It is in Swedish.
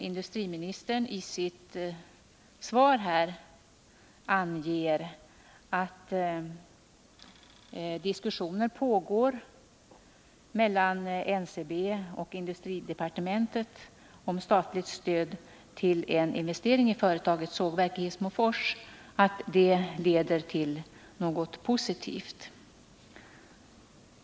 Industriministern säger i sitt svar att diskussioner pågår mellan NCB och industridepartementet om statligt stöd till en investering i företagets sågverk i Hissmofors. Jag hoppas att detta skall leda till något positivt.